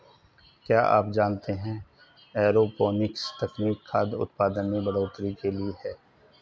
क्या आप जानते है एरोपोनिक्स तकनीक खाद्य उतपादन में बढ़ोतरी के लिए है?